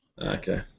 Okay